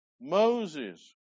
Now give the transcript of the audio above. Moses